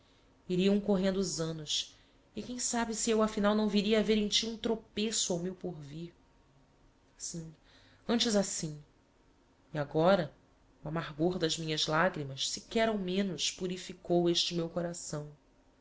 iriam correndo os annos e quem sabe se eu afinal não viria a ver em ti um tropêço ao meu porvir sim antes assim e agora o amargor das minhas lagrimas sequer ao menos purificou este meu coração